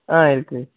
ஆ இருக்குது